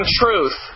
truth